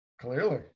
Clearly